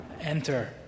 enter